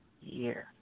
year